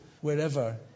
wherever